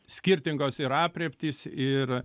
skirtingos ir aprėptys ir